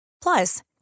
Plus